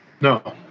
No